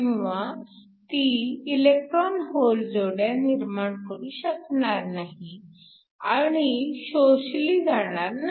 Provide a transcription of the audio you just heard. किंवा ती electron hole जोड्या निर्माण करू शकणार नाही आणि शोषली जाणार नाही